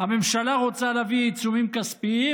הממשלה רוצה להביא עיצומים כספיים,